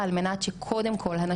מה זה, אנחנו לא באמת יודעות מה זה.